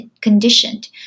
conditioned